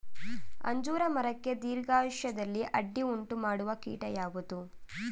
ಅಂಜೂರ ಮರಕ್ಕೆ ದೀರ್ಘಾಯುಷ್ಯದಲ್ಲಿ ಅಡ್ಡಿ ಉಂಟು ಮಾಡುವ ಕೀಟ ಯಾವುದು?